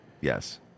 Yes